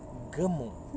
gemuk